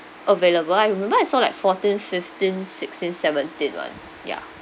available I remember I saw like fourteen fifteen sixteen seventeen one ya